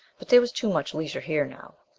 but there was too much leisure here now.